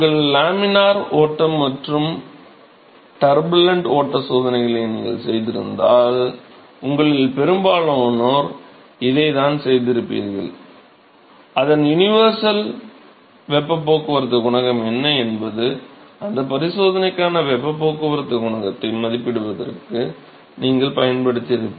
laminar ஓட்டம் மற்றும் turbulent ஓட்ட சோதனைகளை நீங்கள் செய்திருந்தால் உங்களில் பெரும்பாலோர் இதைத்தான் பயன்படுத்தியிருப்பீர்கள் அதன் யுனிவர்சல் வெப்பப் போக்குவரத்து குணகம் என்பது அந்த பரிசோதனைக்கான வெப்பப் போக்குவரத்து குணகத்தை மதிப்பிடுவதற்கு நீங்கள் பயன்படுத்தியிருப்பீர்கள்